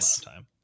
time